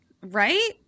Right